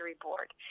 board